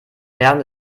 während